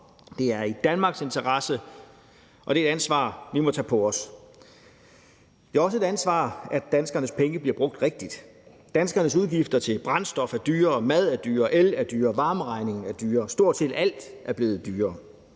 Det er i Danmarks interesse, og det er et ansvar, vi må tage på os. Det er også et ansvar, at danskernes penge bliver brugt rigtigt. Danskernes udgifter til brændstof er dyrere, mad er dyrere, el er dyrere, varmeregningen er dyrere, stort set alt er blevet dyrere.